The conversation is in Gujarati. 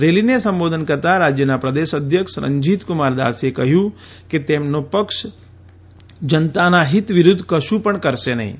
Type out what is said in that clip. રેલીને સંબોધન કરતાં રાજયના પ્રદેશ અધ્યક્ષ રંજીતક્રમાર દાસે કહ્યું કે તેમનો પક્ષ જનતાના હિત વિરૂદ્ધ કશું પણ કરશે નહીં